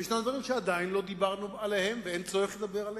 ויש דברים שעדיין לא דיברנו עליהם ואין צורך לדבר עליהם.